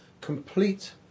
complete